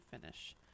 finish